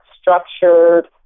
structured